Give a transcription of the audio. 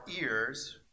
ears